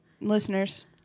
Listeners